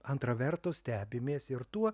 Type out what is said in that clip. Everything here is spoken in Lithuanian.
antra vertus stebimės ir tuo